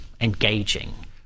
engaging